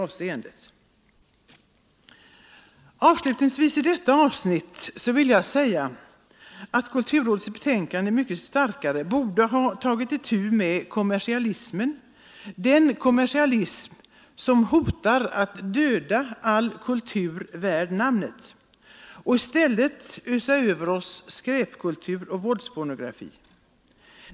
Avslutningsvis i detta avsnitt vill jag säga att kulturrådets betänkande mycket starkare borde ha tagit itu med kommersialismen, den kommersialism som hotar att döda all kultur värd namnet och i stället öser över oss skräpkultur och våldspornografi.